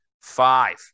five